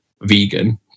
vegan